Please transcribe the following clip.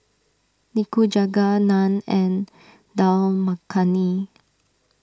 Nikujaga Naan and Dal Makhani